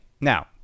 Now